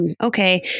okay